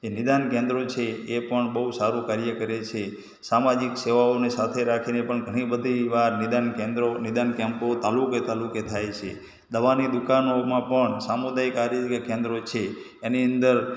જે નિદાન કેન્દ્રો છે એ પણ બહુ સારું કાર્ય કરે છે સામાજિક સેવાઓને સાથે રાખીને પણ ઘણી બધી વાર નિદાન કેન્દ્રો નિદાન કૅમ્પો તાલુકે તાલુકે થાય છે દવાની દુકાનોમાં પણ સામુદાયિક આયુર્વેદિક કેન્દ્રો છે એની અંદર